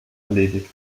erledigt